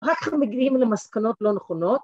אחר כך מגיעים למסקנות לא נכונות.